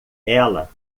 ela